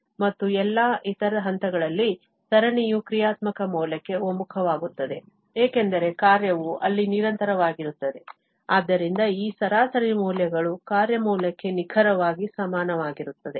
ಮತ್ತು ಎಲ್ಲಾ ಇತರ ಹಂತಗಳಲ್ಲಿ ಸರಣಿಯು ಕ್ರಿಯಾತ್ಮಕ ಮೌಲ್ಯಕ್ಕೆ ಒಮ್ಮುಖವಾಗುತ್ತದೆ ಏಕೆಂದರೆ ಕಾರ್ಯವು ಅಲ್ಲಿ ನಿರಂತರವಾಗಿರುತ್ತದೆ ಆದ್ದರಿಂದ ಈ ಸರಾಸರಿ ಮೌಲ್ಯಗಳು ಕಾರ್ಯ ಮೌಲ್ಯಕ್ಕೆ ನಿಖರವಾಗಿ ಸಮಾನವಾಗಿರುತ್ತದೆ